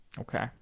Okay